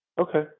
Okay